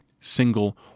single